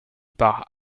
par